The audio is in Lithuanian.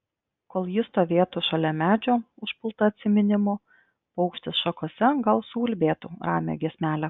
kol ji stovėtų šalia medžio užpulta atsiminimų paukštis šakose gal suulbėtų ramią giesmelę